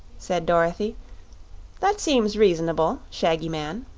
said dorothy that seems reas'n'ble, shaggy man.